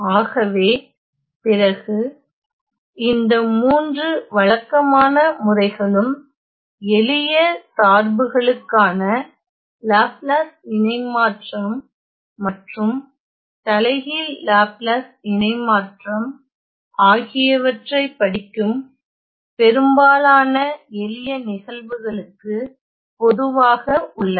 ஆகவே பிறகு இந்த மூன்று வழக்கமான முறைகளும் எளிய சார்புகளுக்கான லாப்லாஸ் இணைமாற்றம் மற்றும் தலைகீழ் லாப்லாஸ் இணைமாற்றம் ஆகியவற்றைப் படிக்கும் பெரும்பாலான எளிய நிகழ்வுகளுக்கு பொதுவாக உள்ளன